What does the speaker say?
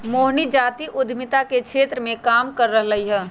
मोहिनी जाति उधमिता के क्षेत्र मे काम कर रहलई ह